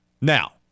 Now